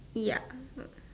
ya